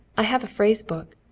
i have a phrase book.